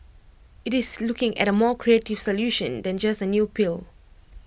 IT is looking at A more creative solution than just A new pill